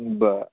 बरं